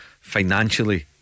financially